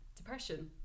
depression